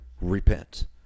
Repent